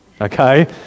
okay